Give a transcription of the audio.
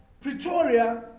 Pretoria